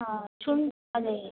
ಹಾಂ ಚುಂಗು ಅದೆ